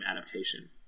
adaptation